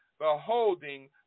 beholding